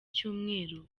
cyumweru